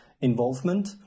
involvement